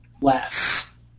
less